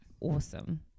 awesome